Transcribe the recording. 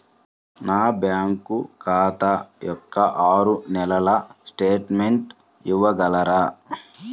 నా బ్యాంకు ఖాతా యొక్క ఆరు నెలల స్టేట్మెంట్ ఇవ్వగలరా?